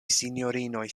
sinjorinoj